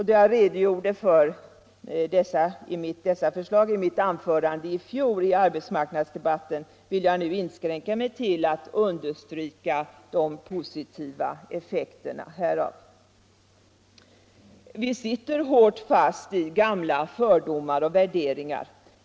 Då jag redogjorde för dessa åtgärder i mitt anförande i arbetsmarknadsdebatten i fjol skall jag nu inskränka mig till att understryka åtgärdernas positiva effekter. Vi sitter hårt fast i gamla fördomar och värderingar.